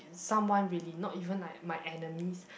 someone really not even like my enemies